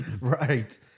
Right